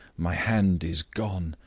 my hand is gone,